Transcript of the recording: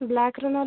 ବ୍ଲାକ୍ର ନହେଲେ